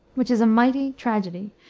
which is a mighty tragedy,